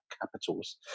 capitals